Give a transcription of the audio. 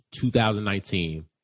2019